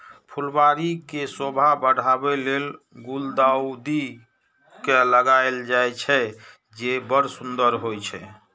फुलबाड़ी के शोभा बढ़ाबै लेल गुलदाउदी के लगायल जाइ छै, जे बड़ सुंदर होइ छै